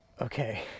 Okay